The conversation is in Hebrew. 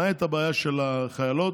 למעט הבעיה של החיילות,